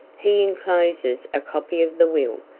he incloses a copy of the will,